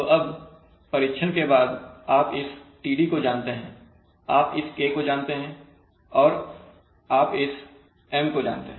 तो अब परीक्षण के बाद आप इस td को जानते हैं आप इस K को जानते हैं और आप इस M को जानते हैं